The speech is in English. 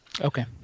Okay